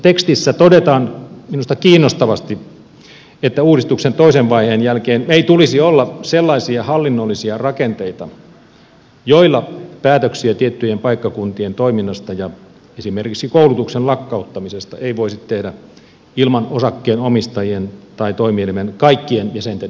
tekstissä todetaan minusta kiinnostavasti että uudistuksen toisen vaiheen jälkeen ei tulisi olla sellaisia hallinnollisia rakenteita joilla päätöksiä tiettyjen paikkakuntien toiminnasta ja esimerkiksi koulutuksen lakkauttamisesta ei voisi tehdä ilman osakkeenomistajien tai toiminimen kaikkien jäsenten hyväksyntää